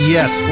Yes